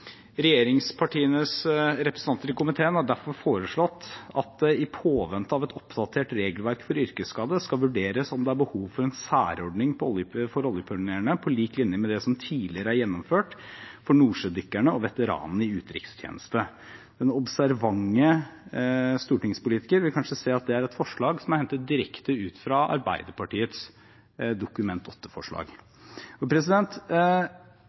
Regjeringspartienes representanter i komiteen har derfor foreslått at det i påvente av et oppdatert regelverk for yrkesskade skal vurderes om det er behov for en særordning for oljepionerene, på lik linje med det som tidligere er gjennomført for nordsjødykkerne og veteranene i utenrikstjeneste. Den observante stortingspolitiker vil kanskje se at det er et forslag som er hentet direkte fra Arbeiderpartiets Dokument